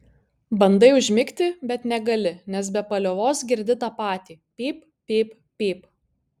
bandai užmigti bet negali nes be paliovos girdi tą patį pyp pyp pyp